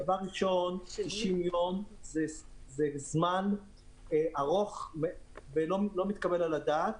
ראשית, 90 יום הוא זמן ארוך ולא מתקבל על הדעת.